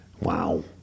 Wow